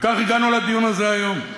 וכך הגענו לדיון הזה היום.